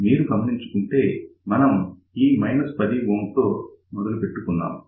మీరు గమనించుకుంటే మనం ఈ 10 Ω తో మొదలు పెట్టుకున్నాం